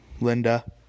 Linda